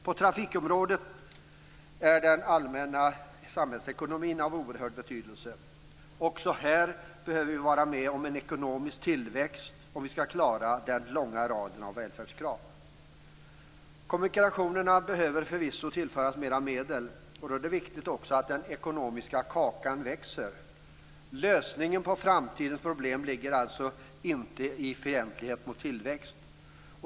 På trafikområdet är den allmänna samhällsekonomin av oerhörd betydelse. Också här behöver vi vara med om en ekonomisk tillväxt om vi skall klara den långa raden av välfärdskrav. Kommunikationerna behöver förvisso tillföras mera medel, och då är det också viktigt att den ekonomiska kakan växer. Lösningen på framtidens problem ligger alltså inte i fientlighet mot tillväxt.